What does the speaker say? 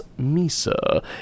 Misa